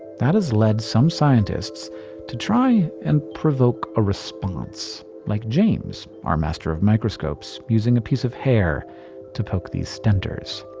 that has led some scientists to try and provoke a response, like james our master of microscopes using a piece of hair to poke these stentors.